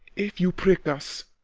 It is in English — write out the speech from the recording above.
if you prick us,